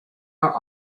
are